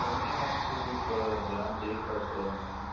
கவிநிலனுக்கு இப்போது ரெண்டு நாள் லீவு தேவைப்படுதுங்க